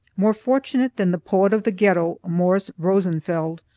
more fortunate than the poet of the ghetto, morris rosenfeld,